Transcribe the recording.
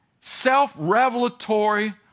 self-revelatory